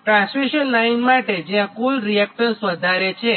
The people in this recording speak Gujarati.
ટ્રાન્સમિશન લાઇન માટે જ્યાં કુલ રીએક્ટન્સ વધારે છે